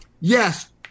yes